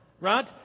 Right